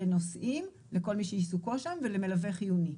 לנוסעים, לכל מי שעיסוקו שם, ולמלווה חיוני.